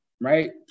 right